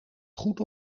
goed